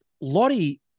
Lottie